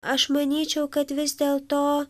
aš manyčiau kad vis dėlto